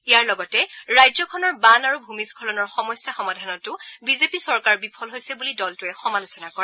ইয়াৰ লগতে ৰাজ্যখনৰ বান আৰু ভূমিস্থলনৰ সমস্যা সমাধানতো বিজেপি চৰকাৰ বিফল হৈছে বুলি দলটোৱে সমালোচনা কৰে